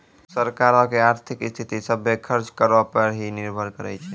सरकारो के आर्थिक स्थिति, सभ्भे खर्च करो पे ही निर्भर करै छै